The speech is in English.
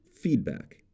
feedback